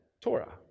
Torah